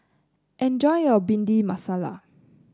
enjoy your Bhindi Masala